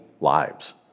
lives